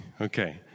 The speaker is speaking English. Okay